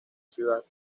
ciudad